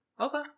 Okay